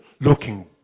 looking